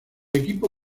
equipo